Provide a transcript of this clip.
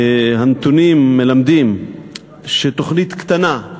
הנתונים מלמדים שתוכנית קטנה,